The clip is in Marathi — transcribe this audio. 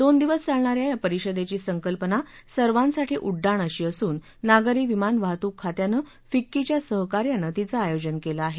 दोन दिवस चालणा या या परिषदेची संकल्पना सर्वासाठी उड्डाण अशी असून नागरी विमान वाहतूक खात्यानं फिक्कीच्या सहकार्यानं तिचं आयोजन केलं आहे